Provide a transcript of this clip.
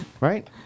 Right